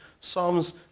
Psalms